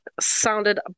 sounded